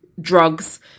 drugs